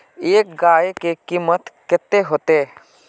एक गाय के कीमत कते होते?